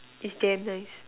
it's damn nice